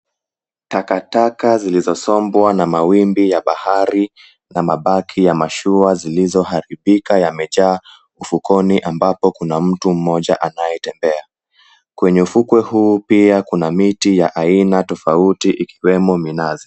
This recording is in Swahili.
Takataka zilizosombwa na mawimbi ya bahari na mabaki ya mashua zilizoharibika yamejaa ufukoni ambapo kuna mtu mmoja anayetembea. Kwenye ufukwe huu pia kuna miti ya aina tofauti ikiwemo minazi.